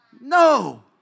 No